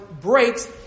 breaks